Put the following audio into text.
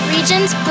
Regions